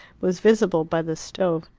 was visible by the stove.